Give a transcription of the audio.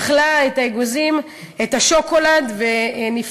היא אכלה את השוקולד ונפטרה,